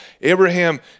Abraham